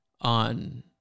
On